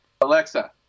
Alexa